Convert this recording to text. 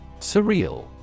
Surreal